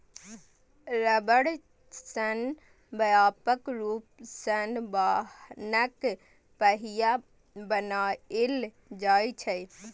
रबड़ सं व्यापक रूप सं वाहनक पहिया बनाएल जाइ छै